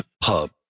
Pub